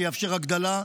שיאפשר הגדלה,